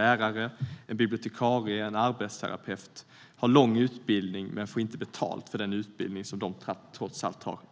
Lärare, bibliotekarier och arbetsterapeuter har lång utbildning, men får inte betalt för den utbildning som de